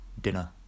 dinner